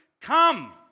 come